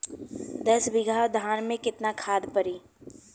दस बिघा धान मे केतना खाद परी?